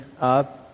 up